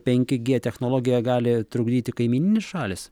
penki gie technologiją gali trukdyti kaimyninės šalys